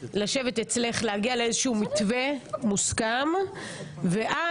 לשבת אצלה ולהגיע לאיזשהו מתווה מוסכם ועם